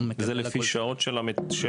מקבל הכול --- זה לפי שעות של המטפלת,